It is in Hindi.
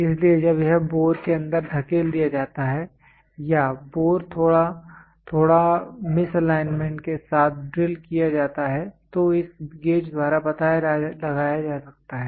इसलिए जब यह बोर के अंदर धकेल दिया जाता है या बोर थोड़ा थोड़ा मिसएलाइनमेंट के साथ ड्रिल किया जाता है तो इस गेज द्वारा पता लगाया जा सकता है